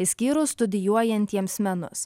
išskyrus studijuojantiems menus